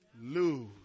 lose